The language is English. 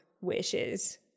wishes